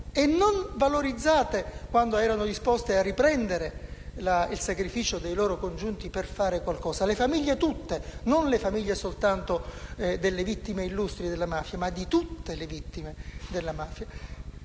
e non valorizzate quando erano disposte a evocare il sacrificio dei loro congiunti per fare qualcosa. Parlo di tutte le famiglie e non soltanto di quelle delle vittime illustri della mafia; di tutte le vittime della mafia.